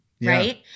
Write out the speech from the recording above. right